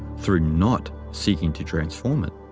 through not seeking to transform it.